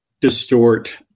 distort